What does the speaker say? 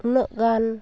ᱩᱱᱟᱹᱜ ᱜᱟᱱ